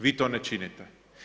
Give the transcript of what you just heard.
Vi to ne činite.